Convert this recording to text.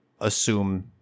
assume